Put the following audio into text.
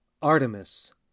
Artemis